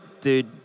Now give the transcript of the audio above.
dude